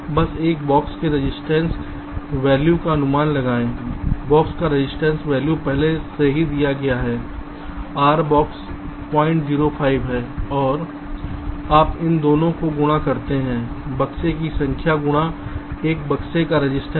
बस एक बॉक्स के रजिस्टेंस वैल्यू का अनुमान लगाएं बॉक्स का रजिस्टेंस वैल्यू पहले से ही दिया गया है R बॉक्स 005 है और आप इन दोनों को गुणा करते हैं बक्से की संख्या से गुणा एक बॉक्स का रजिस्टेंस